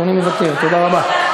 אדוני מוותר, תודה רבה.